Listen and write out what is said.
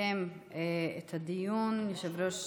יסכם את הדיון יושב-ראש